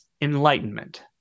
enlightenment